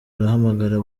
arahamagara